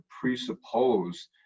presuppose